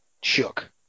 Shook